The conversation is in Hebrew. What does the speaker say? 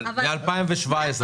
אבל מ-2017,